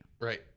Right